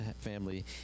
family